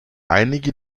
einige